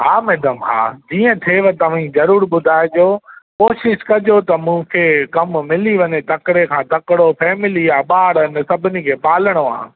हा मैडम हा जीअं थिएव तव्हीं ज़रूरु ॿुधाइजो कोशिशि कजो त मूंखे कमु मिली वञे तकिड़े खां तकिड़ो फैमिली आहे बार आहिनि सभिनी खे पालिणो आहे